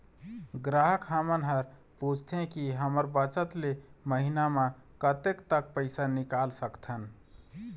ग्राहक हमन हर पूछथें की हमर बचत ले महीना मा कतेक तक पैसा निकाल सकथन?